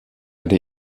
der